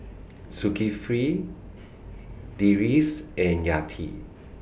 Zulkifli Idris and Yati